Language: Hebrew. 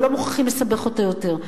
ולא מוכרחים לסבך אותו יותר.